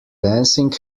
dancing